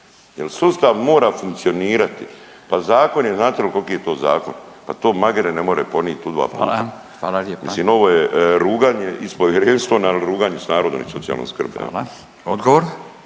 jer sustav mora funkcionirati. Pa zakon je, znate li koliki je to zakon. Pa to magare ne more ponit u dva puta. …/Upadica Radin: Hvala./… Mislim ovo je ruganje i s povjerenstvom, ali i ruganje sa narodom i socijalnom skrbi. **Radin,